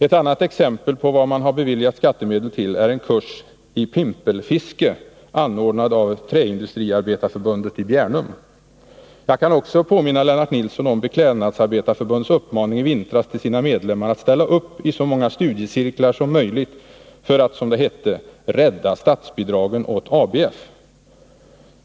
Ett annat exempel på vad man beviljat skattemedel till är en kurs i pimpelfiske anordnad av Träindustriarbetareförbundet i Bjärnum. Jag kan också påminna Lennart Nilsson om Beklädnadsarbetareförbundets uppmaning i vintras till sina medlemmar att ställa upp i så många studiecirklar som möjligt för att, som det hette, rädda statsbidragen åt ABF.